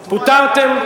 פוטרו?